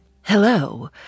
hello